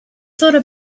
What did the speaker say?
thought